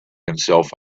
himself